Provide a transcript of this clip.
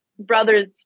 Brothers